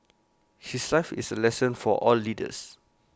his life is A lesson for all leaders